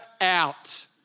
out